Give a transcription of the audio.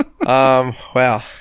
Wow